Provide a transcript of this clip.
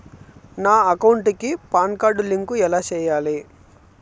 నా అకౌంట్ కి PAN card link ఎలా సేయాలి